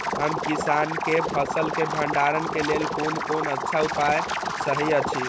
हम किसानके फसल के भंडारण के लेल कोन कोन अच्छा उपाय सहि अछि?